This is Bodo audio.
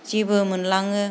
जेबो मोनलाङो